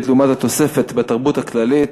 לעומת התוספת לתקציב התרבות הכללית,